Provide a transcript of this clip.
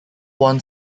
won